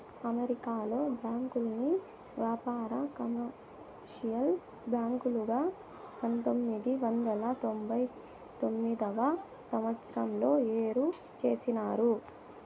అమెరికాలో బ్యాంకుల్ని వ్యాపార, కమర్షియల్ బ్యాంకులుగా పంతొమ్మిది వందల తొంభై తొమ్మిదవ సంవచ్చరంలో ఏరు చేసినారు